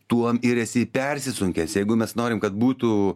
tuom ir esi persisunkęs jeigu mes norim kad būtų